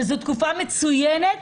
שזה תקופה מצוינת